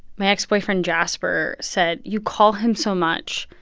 my ex-boyfriend jasper said, you call him so much.